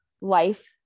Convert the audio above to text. life